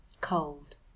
Cold